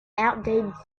outdated